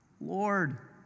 Lord